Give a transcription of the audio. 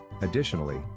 Additionally